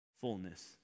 fullness